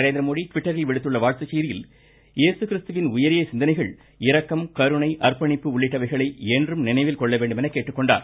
நரேந்திரமோடி டிவிட்டரில் விடுத்துள்ள வாழ்த்துச் செய்தியில் ஏசு கிறிஸ்துவின் உயரிய சிந்தனைகள் இரக்கம் கருணை அர்ப்பணிப்பு உள்ளிட்டவைகளை என்றும் நினைவில் கொள்ள வேண்டுமென்று கேட்டுக் கொண்டார்